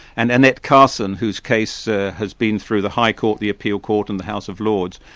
and annette carson, whose case ah has been through the high court, the appeal court and the house of lords,